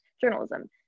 journalism